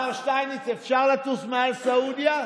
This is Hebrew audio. השר שטייניץ, אפשר לטוס מעל סעודיה?